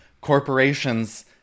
corporations